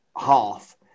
half